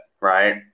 Right